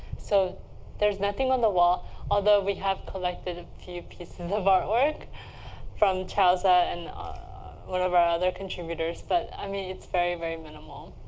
so there's nothing on the wall although we have collected a few pieces of artwork from chiaozza and one of our other contributors. but i mean it's very, very minimal.